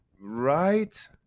Right